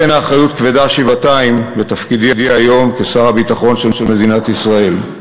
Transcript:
לכן האחריות כבדה שבעתיים בתפקידי היום כשר הביטחון של מדינת ישראל.